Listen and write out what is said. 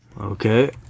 Okay